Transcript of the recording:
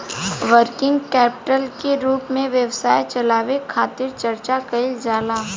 working capital के रूप में व्यापार चलावे खातिर चर्चा कईल जाला